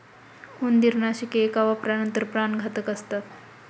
उंदीरनाशके एका वापरानंतर प्राणघातक असतात